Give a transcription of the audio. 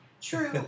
True